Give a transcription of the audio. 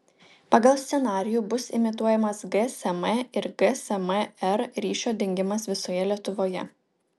pagal scenarijų bus imituojamas gsm ir gsm r ryšio dingimas visoje lietuvoje